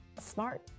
smart